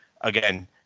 again